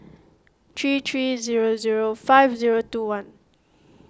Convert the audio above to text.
three three zero zero five zero two one